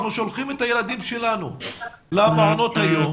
אנחנו שולחים את הילדים שלנו למעונות היום